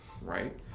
right